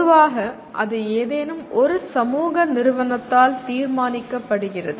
பொதுவாக அது ஏதேனும் ஒரு சமூக நிறுவனத்தால் தீர்மானிக்கப்படுகிறது